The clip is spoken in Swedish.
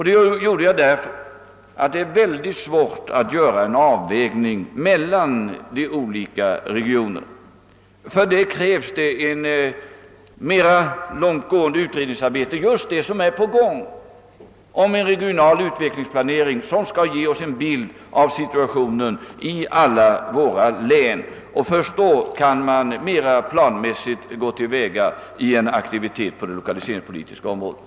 Det gjorde jag därför att det är mycket svårt att göra en avvägning mellan de olika regionerna. För det krävs ett mera långtgående utredningsarbete — just det som är på gång — om en regional utvecklingsplanering, som skall ge oss en bild av situationen i alla våra län. Först därefter kan vi gå till väga mera planmässigt i en aktivitet på det lokaliseringspolitiska området.